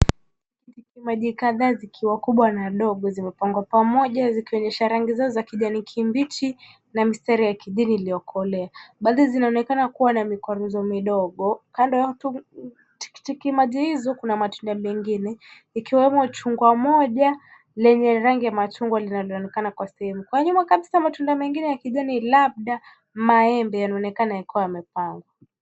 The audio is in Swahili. Tikiti maji kadhaa zikiwa kubwa na ndogo zimepangwa pamoja zikionyesha rangi zao za kijani kibichi na mistari ya kidini iliyokolea. Baadhi zinaonekana kubwa na mikwaruzo midogo. Kando ya tikiti maji hizo kuna matunda mengine ikiwemo chungwa moja lenye rangi ya machungwa linaloonekana kwa sehemu. Kwa nyuma kabisa, matunda mengine yakionekana labda maembe yanaonekana yakiwa yamepangwa.